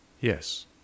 Yes